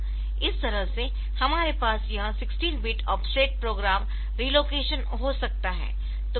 इस तरह से हमारे पास यह 16 बिट ऑफसेट प्रोग्राम रीलोकेशन हो सकता है